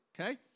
okay